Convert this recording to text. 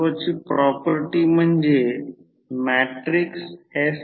तर याचा अर्थ emf म्हणजे नंतर ते वेगळ्या पद्धतीने पाहू